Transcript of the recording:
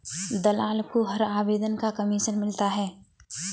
दलाल को हर आवेदन का कमीशन मिलता है